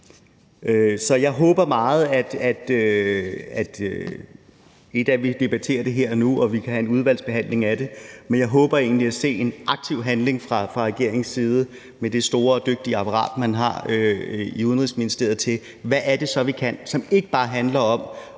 Så et er, at vi debatterer det her nu og vi kan have en udvalgsbehandling af det. Men jeg håber egentlig at se en aktiv handling fra regeringens side med det store og dygtige apparat, man har i Udenrigsministeriet, og se, hvad det så er, vi kan, som ikke bare handler om